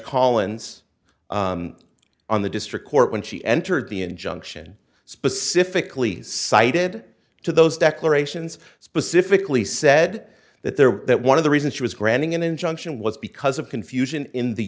collins on the district court when she entered the injunction specifically cited to those declarations specifically said that there were that one of the reasons she was granting an injunction was because of confusion in the